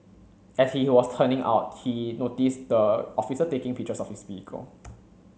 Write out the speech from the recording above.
as he was turning out he noticed the officer taking pictures of his vehicle